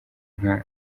nka